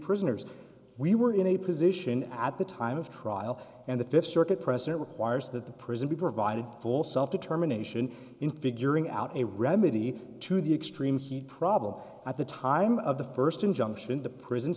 prisoners we were in a position at the time of trial and the fifth circuit present requires that the prison be provided full self determination in figuring out a remedy to the extreme heat problem at the time of the first injunction the prison